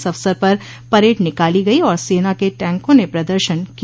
इस अवसर पर परेड निकाली गई और सेना के टैंकों ने प्रदर्शन किया